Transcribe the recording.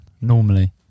normally